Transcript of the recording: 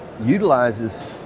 utilizes